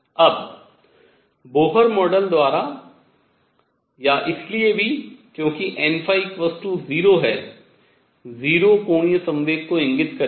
अब Bohr model द्वारा या इसलिए भी क्योंकि n0 0 कोणीय संवेग को इंगित करेगा